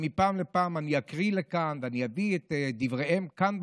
מפעם לפעם אני אקריא כאן ואני אביא את דבריהם כאן,